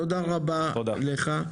תודה רבה לך.